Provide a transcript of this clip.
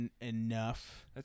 enough